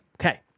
Okay